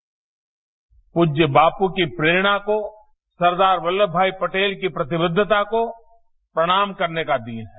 bite प्रज्य बापू की प्रेरणा को सरदार वल्लभभाई पटेल की प्रतिबद्धता को प्रणाम करने का दिन है